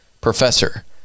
professor